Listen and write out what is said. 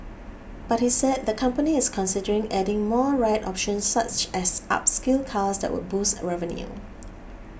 but he said the company is considering adding more ride options such as upscale cars that would boost revenue